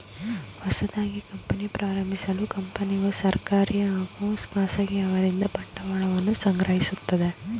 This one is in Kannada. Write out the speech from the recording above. ಹೊಸದಾಗಿ ಕಂಪನಿ ಪ್ರಾರಂಭಿಸಲು ಕಂಪನಿಗೂ ಸರ್ಕಾರಿ ಹಾಗೂ ಖಾಸಗಿ ಅವರಿಂದ ಬಂಡವಾಳವನ್ನು ಸಂಗ್ರಹಿಸುತ್ತದೆ